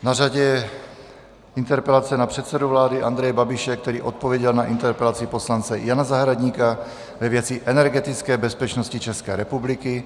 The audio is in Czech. Na řadě je interpelace na předsedu vlády Andreje Babiše, který odpověděl na interpelaci poslance Jana Zahradníka ve věci energetické bezpečnosti České republiky.